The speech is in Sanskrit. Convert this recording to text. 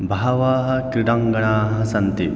बहवः क्रीडाङ्गणाः सन्ति